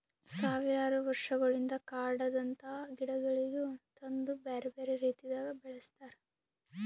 ಸಾವಿರಾರು ವರ್ಷಗೊಳಿಂದ್ ಕಾಡದಾಂದ್ ಗಿಡಗೊಳಿಗ್ ತಂದು ಬ್ಯಾರೆ ಬ್ಯಾರೆ ರೀತಿದಾಗ್ ಬೆಳಸ್ತಾರ್